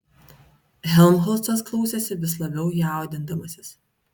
helmholcas klausėsi vis labiau jaudindamasis